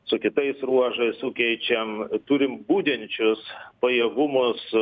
su kitais ruožais sukeičiam turim budinčius pajėgumus